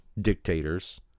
dictators